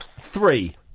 three